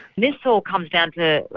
this all comes down to,